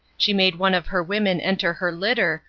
she made one of her women enter her litter,